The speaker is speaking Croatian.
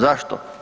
Zašto?